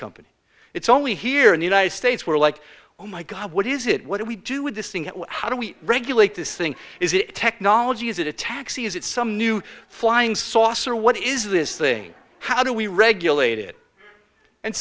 company it's only here in the united states we're like oh my god what is it what do we do with this thing how do we regulate this thing is it technology is it a taxi is it some new flying saucer what is this thing how do we regulate it and